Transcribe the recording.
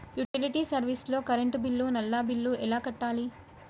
Utility service లో current bill, నల్లా bill ఎలా కట్టాలి?